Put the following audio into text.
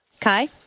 Kai